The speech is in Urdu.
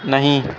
نہیں